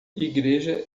igreja